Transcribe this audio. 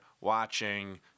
watching